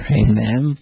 amen